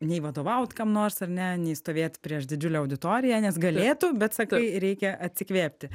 nei vadovaut kam nors ar ne nei stovėt prieš didžiulę auditoriją nes galėtų bet sakai reikia atsikvėpti